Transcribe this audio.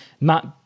Matt